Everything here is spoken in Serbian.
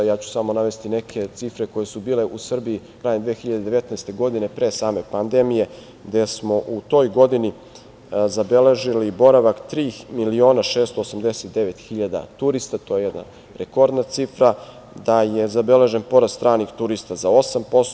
Samo ću navesti neke cifre koje su bile u Srbiji krajem 2019. godine pre same pandemije, gde smo u toj godini zabeležili boravak 3.689.000 turista, to je jedna rekordna cifra, da je zabeležen porast stranih turista za 8%